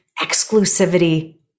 exclusivity